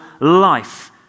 life